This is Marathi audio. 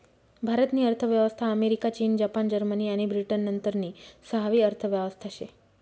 भारत नी अर्थव्यवस्था अमेरिका, चीन, जपान, जर्मनी आणि ब्रिटन नंतरनी सहावी अर्थव्यवस्था शे